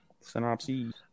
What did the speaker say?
Synopsis